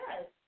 Yes